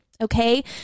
Okay